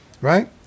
Right